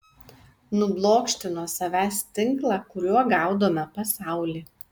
nublokšti nuo savęs tinklą kuriuo gaudome pasaulį